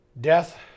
Death